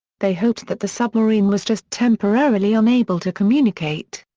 they hoped that the submarine was just temporarily unable to communicate.